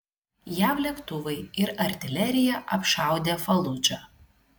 jav lėktuvai ir artilerija apšaudė faludžą